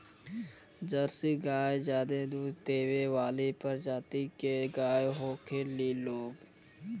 Jersey गाय ज्यादे दूध देवे वाली प्रजाति के गाय होखेली लोग